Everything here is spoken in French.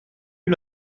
eut